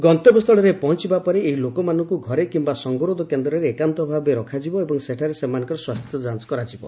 ଗନ୍ତବ୍ୟସ୍କୁଳରେ ପହଞ୍ଚବା ପରେ ଏହି ଲୋକମାନଙ୍କ ଘରେ କିମ୍ବା ସଙ୍ଗରୋଧ କେନ୍ଦ୍ରରେ ଏକାନ୍ତ ଭାବେ ରଖାଯିବ ଏବଂ ସେଠାରେ ସେମାନଙ୍କର ସ୍ୱାସ୍ଥ୍ୟ ଯାଞ୍ଚ କରାଯିବ